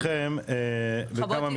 ברשותכם, בכמה מילים.